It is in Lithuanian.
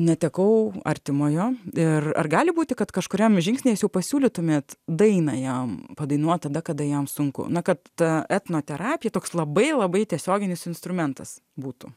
netekau artimojo ir ar gali būti kad kažkuriam žingsny pasiūlytumėt dainą jam padainuot tada kada jam sunku na kad ta etnoterapija toks labai labai tiesioginis instrumentas būtų